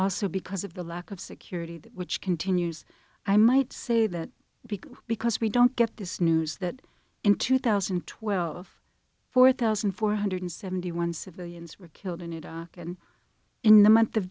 also because of the lack of security which continues i might say that because because we don't get this news that in two thousand and twelve four thousand four hundred seventy one civilians were killed in iraq and in the month of